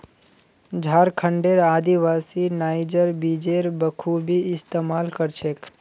झारखंडेर आदिवासी नाइजर बीजेर बखूबी इस्तमाल कर छेक